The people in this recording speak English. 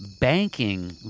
Banking